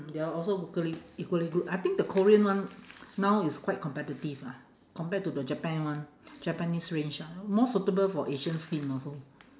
they're also equally equally good I think the korean one now is quite competitive ah compared to the japan one japanese range ah more suitable for asian skin also